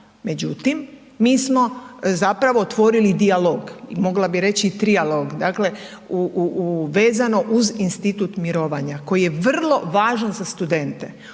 Međutim, mi smo zapravo otvorili dijalog i mogla bi reći trijalog. Dakle u, vezano uz institut mirovanja koji je vrlo važan za studente.